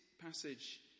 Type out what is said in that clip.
passage